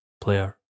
player